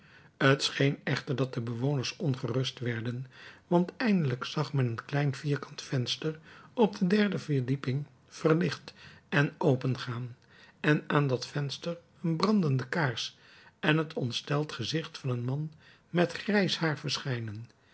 scheen echter dat de bewoners ongerust werden want eindelijk zag men een klein vierkant venster op de derde verdieping verlicht en opengaan en aan dat venster een brandende kaars en het ontsteld gezicht van een man met grijs haar verschijnen